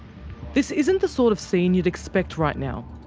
this isn't the sort of scene you'd expect right now.